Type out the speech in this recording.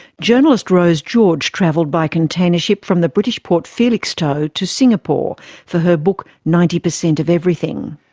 journalist rose george travelled by container ship from the british port felixstowe to singapore for her book ninety percent of everything.